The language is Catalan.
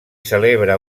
celebra